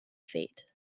fate